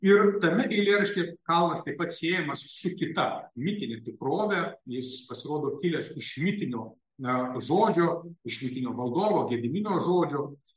ir tame eilėraštyje kalnas taip pat siejamas su kita mitine tikrove jis pasirodo kilęs iš mitinio na žodžio iš mitinio valdovo gedimino žodžio